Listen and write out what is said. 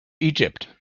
egypt